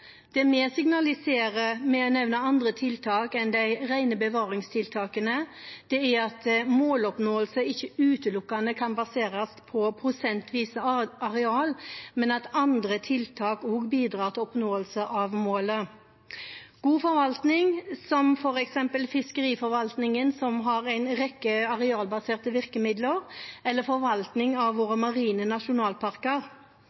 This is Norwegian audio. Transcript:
Det vi signaliserer med å nevne andre tiltak enn de rene bevaringstiltakene, er at måloppnåelse ikke utelukkende kan baseres på prosentvis areal, men at andre tiltak også bidrar til oppnåelse av målet. Når det gjelder god forvaltning, som f.eks. fiskeriforvaltningen, som har en rekke arealbaserte virkemidler, eller forvaltning av